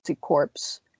corpse